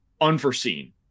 unforeseen